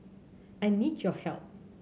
I need your help